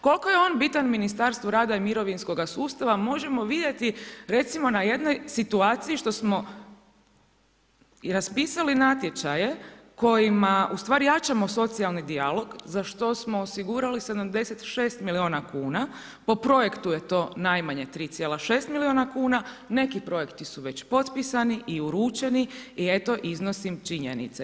Koliko je on bitan Ministarstvu rada i mirovinskoga sustava možemo vidjeti recimo na jednoj situaciji što smo i raspisali natječaje kojima ustvari jačamo socijalni dijalog za što smo osigurali 76 milijuna kuna, po projektu je to najmanje 3,6 milijuna kuna, neki projekti su već potpisani i uručeni i eto iznosim činjenice.